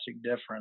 difference